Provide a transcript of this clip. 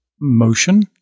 motion